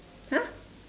!huh!